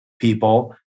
people